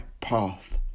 path